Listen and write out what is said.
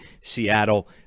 Seattle